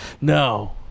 No